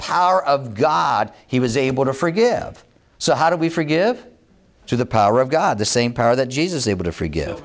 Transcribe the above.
power of god he was able to forgive so how do we forgive to the power of god the same power that jesus able to forgive